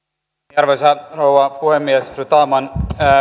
arvoisa rouva puhemies fru talman